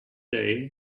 day